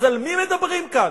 אז על מי מדברים כאן?